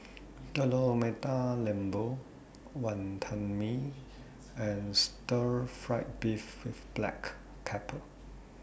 Telur Mata Lembu Wantan Mee and Stir Fried Beef with Black Pepper